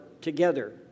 together